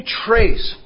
trace